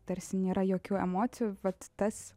tarsi nėra jokių emocijų vat tas